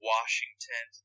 Washington